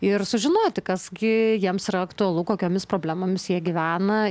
ir sužinoti kas gi jiems yra aktualu kokiomis problemomis jie gyvena